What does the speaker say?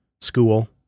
school